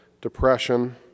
depression